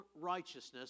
righteousness